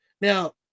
Now